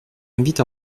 invite